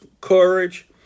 courage